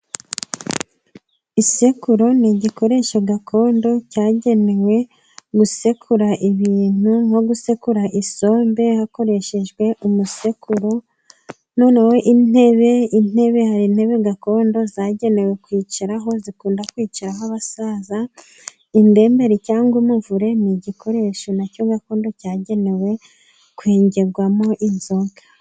Isekuru ni koresha gakondo cyagenewe gusekura ibintu nko gusekura isombe hakoreshejwe umusekuru noneho intebe intebe hari intebe gakondo zagenewe kwicaraho zikunda kwicaraho abasaza indemberi cyangwa umuvure ni igikoresho nacyo gakondo cyagenewe kwengegwamo inzoga.